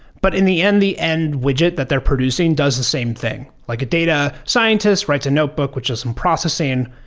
but in the end, the end-widget that they're producing does the same thing. like a data scientist writes a notebook, which is some processing.